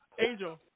Angel